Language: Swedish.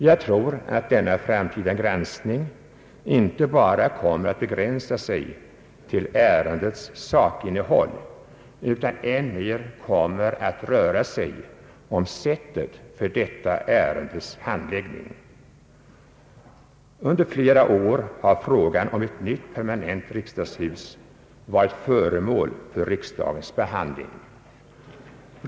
Jag tror att denna framtida granskning inte kommer att begränsas bara till ärendets sakinnehåll, utan än mer kommer att röra sig om sättet för detta ärendes handläggning. Under flera år har frågan om ett nytt permanent riksdagshus varit föremål för riksdagens behandling.